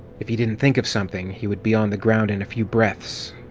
if he didn't think of something, he would be on the ground in a few breaths.